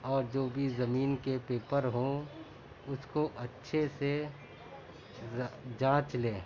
اور جو بھی زمین کے پیپر ہوں اس کو اچھے سے جانچ لیں